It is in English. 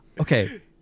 okay